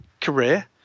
career